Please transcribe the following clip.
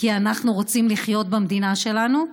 כי אנחנו רוצים לחיות במדינה שלנו,